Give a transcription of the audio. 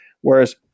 Whereas